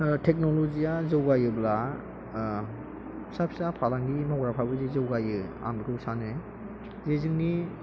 टेक्न'लजिया जौगायोब्ला फिसा फिसा फालांगि मावग्राफ्राबो जि जौगायो आं बेखौ सानो बे जोंनि